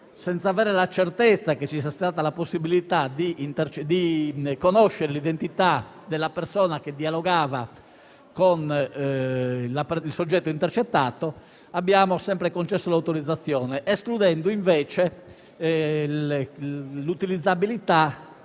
senza avere la certezza che ci sia stata la possibilità di conoscere l'identità della persona che dialogava con il soggetto intercettato, abbiamo sempre concesso l'autorizzazione. Abbiamo invece escluso l'utilizzabilità